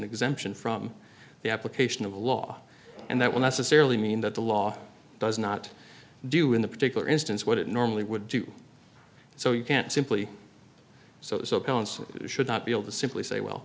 exemption from the application of the law and that will necessarily mean that the law does not do in the particular instance what it normally would do so you can't simply so parents should not be able to simply say well